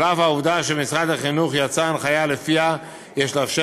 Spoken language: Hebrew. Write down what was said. על אף העובדה שממשרד החינוך יצאה הנחייה שלפיה יש לאפשר